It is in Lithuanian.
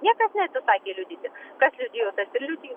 niekas neatsisakė liudyti kas liudijo tas ir liudij